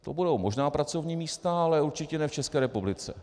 To budou možná pracovní místa, ale určitě ne v České republice.